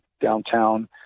downtown